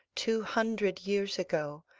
two hundred years ago,